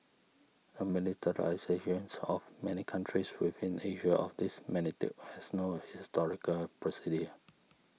a militarizations of many countries within Asia of this magnitude has no historical precedent